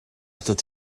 atat